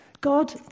God